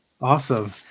Awesome